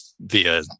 via